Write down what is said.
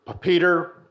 Peter